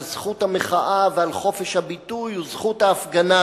זכות המחאה ועל חופש הביטוי וזכות ההפגנה.